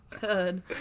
Good